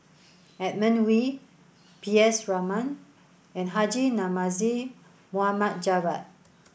Edmund Wee P S Raman and Haji Namazie Mohd Javad